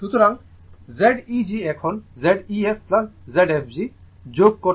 সুতরাং Zeg এখন Z ef Zfg যোগ করুন